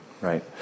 Right